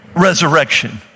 resurrection